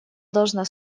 должна